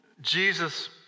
Jesus